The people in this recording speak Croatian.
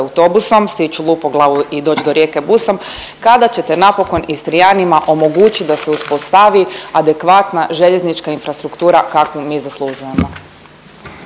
autobusom stić u Lupoglavu i doć do Rijeke busom, kada ćete napokon Istrijanima omogućit da se uspostavi adekvatna željeznička infrastruktura kakvu mi zaslužujemo?